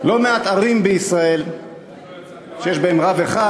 לא מעט ערים בישראל שיש בהן רב אחד.